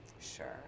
Sure